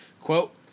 Quote